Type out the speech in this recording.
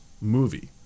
movie